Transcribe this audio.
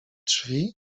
drzwi